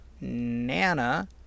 nana